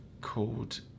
called